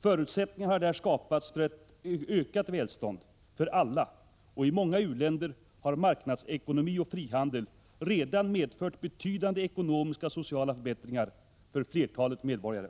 Förutsättningar har där skapats för ett ökat välstånd för alla. I många u-länder har marknadsekonomi och frihandel redan medfört betydande ekonomiska och sociala förbättringar för flertalet medborgare.